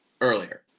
earlier